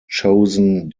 chosen